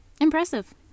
Impressive